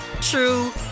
true